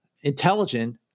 intelligent